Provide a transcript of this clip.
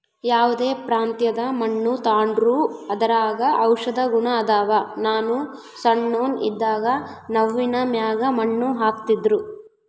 ಯಾವ್ದೇ ಪ್ರಾಂತ್ಯದ ಮಣ್ಣು ತಾಂಡ್ರೂ ಅದರಾಗ ಔಷದ ಗುಣ ಅದಾವ, ನಾನು ಸಣ್ಣೋನ್ ಇದ್ದಾಗ ನವ್ವಿನ ಮ್ಯಾಗ ಮಣ್ಣು ಹಾಕ್ತಿದ್ರು